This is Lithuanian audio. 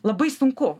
labai sunku